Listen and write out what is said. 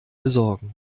besorgen